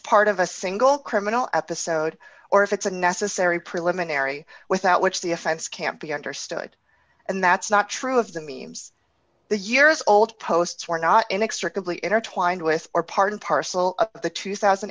part of a single criminal at the soda or if it's a necessary preliminary without which the offense can't be understood and that's not true of the means the years old posts were not inextricably intertwined with or part and parcel of the two thousand